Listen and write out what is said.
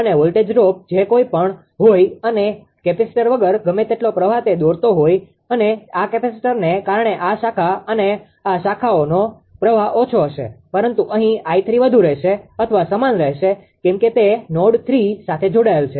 અને voltage drop જે કઈ પણ હોઈ અને કેપેસીટર વગર ગમે તેટલો પ્રવાહ તે દોરતો હોઈ અને આ કેપેસીટરને કારણે આ શાખા અને આ શાખાનો પ્રવાહ ઓછો હશે પરંતુ અહી 𝐼3 વધુ રહેશે અથવા સમાન રહેશે કેમ કે તે નોડ 3 સાથે જોડાયેલ છે